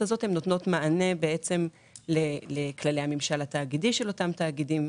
הזאת לתת מענה לכללי הממשל התאגידי של אותם תאגידים.